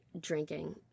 drinking